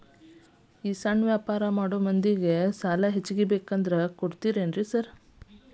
ಈ ಸಣ್ಣ ವ್ಯಾಪಾರ ಮಾಡೋ ಮಂದಿಗೆ ಸಾಲ ಹೆಚ್ಚಿಗಿ ಬೇಕಂದ್ರ ಕೊಡ್ತೇರಾ ಸಾರ್?